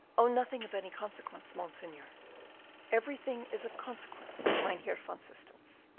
oh, nothing of any consequence, monseigneur. everything is of consequence, mynheer van systens.